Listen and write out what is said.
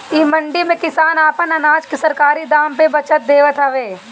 इ मंडी में किसान आपन अनाज के सरकारी दाम पे बचत देवत हवे